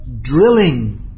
drilling